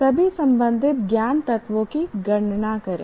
सभी संबंधित ज्ञान तत्वों की गणना करें